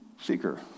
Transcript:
seeker